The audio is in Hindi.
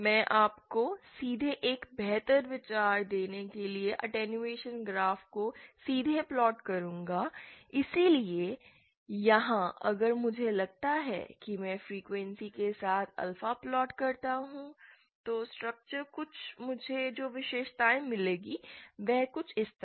मैं आपको सीधे एक बेहतर विचार देने के लिए अटैंयुएशन ग्राफ़ को सीधे प्लॉट करूँगा इसलिए यहाँ अगर मुझे लगता है कि मैं फ्रीक्वेंसी के साथ अल्फा प्लॉट करता हूं तो स्ट्रच फिर मुझे जो विशेषताएं मिलेंगी वह कुछ इस तरह हैं